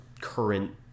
current